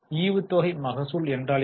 ஈவுத்தொகை மகசூல் என்றால் என்ன